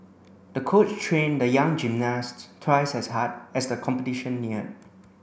the coach trained the young gymnast twice as hard as the competition neared